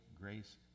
grace